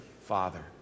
Father